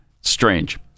strange